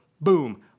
boom